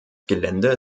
gelände